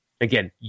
Again